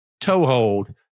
toehold